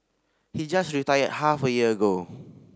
he just retired half a year ago